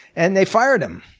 and they fired him.